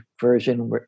version